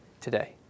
today